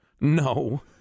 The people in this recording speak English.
No